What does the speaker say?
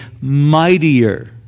mightier